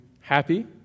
happy